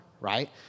Right